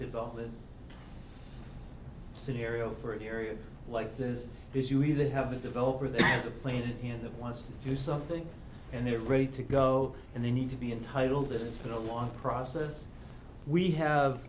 development scenario for an area like this is you either have a developer they have played in that wants to do something and they're ready to go and they need to be entitled to it it's been a long process we